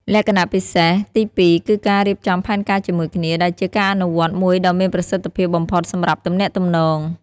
លក្ខណៈពិសេសទីពីរគឺការរៀបចំផែនការជាមួយគ្នា ដែលជាការអនុវត្តមួយដ៏មានប្រសិទ្ធភាពបំផុតសម្រាប់ទំនាក់ទំនង។